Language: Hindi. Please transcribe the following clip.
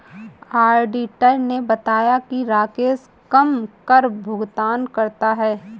ऑडिटर ने बताया कि राकेश कम कर भुगतान करता है